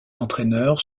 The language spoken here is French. entraîneur